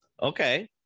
Okay